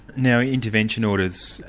now intervention orders,